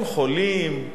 הם חולים.